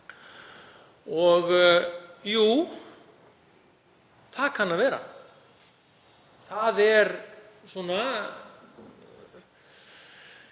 — Jú, það kann að vera. Það er svona,